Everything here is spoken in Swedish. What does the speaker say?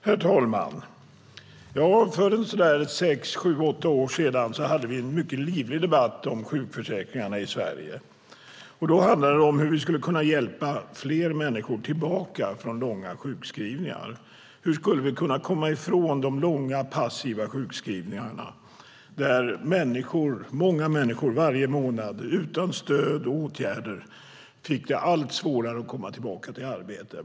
Herr talman! För sex, sju eller åtta år sedan hade vi en mycket livlig debatt om sjukförsäkringarna i Sverige. Då handlade det om hur vi skulle kunna hjälpa fler människor tillbaka från långa sjukskrivningar. Hur skulle vi kunna komma ifrån de långa passiva sjukskrivningarna där många människor varje månad utan stöd och åtgärder fick det allt svårare att komma tillbaka till arbete?